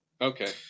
Okay